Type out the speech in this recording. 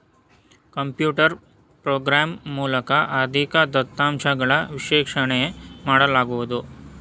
computer program ಮೂಲಕ ಆರ್ಥಿಕ ದತ್ತಾಂಶಗಳ ವಿಶ್ಲೇಷಣೆ ಮಾಡಲಾಗುವುದು